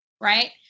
right